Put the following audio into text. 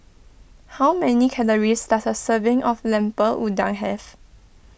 how many calories does a serving of Lemper Udang have